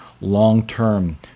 long-term